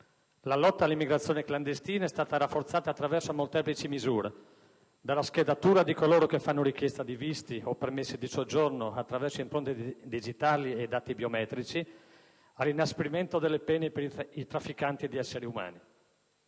La lotta all'immigrazione clandestina è stata rafforzata attraverso molteplici misure: dalla schedatura di coloro che fanno richiesta di visti o permessi di soggiorno attraverso impronte digitali e dati biometrici, all'inasprimento delle pene per i trafficanti di esseri umani.